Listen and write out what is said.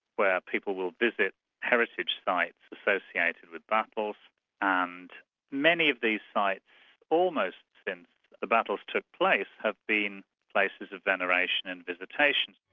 where people will visit heritage sites associated with battles and many of these sites almost since the battles took place, have been places of veneration and visitation.